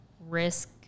risk